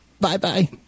Bye-bye